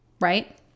Right